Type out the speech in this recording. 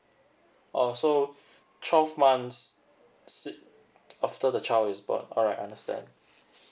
oh so twelve months see after the child is born alright understand